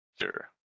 Sure